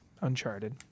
Uncharted